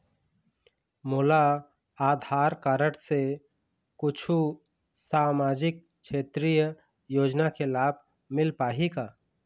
मोला आधार कारड से कुछू सामाजिक क्षेत्रीय योजना के लाभ मिल पाही का?